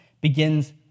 begins